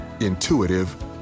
intuitive